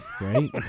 Right